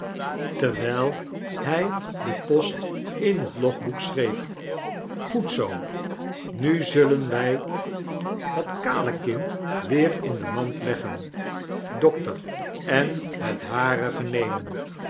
terwijl hy den post in het logboek schreef groed zoo nu zullen wij het kale kind weer in de mand leggen dokter enhetharige nemen het harige